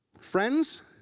Friends